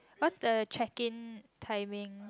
what's the check in timing